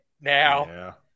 now